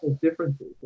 Differences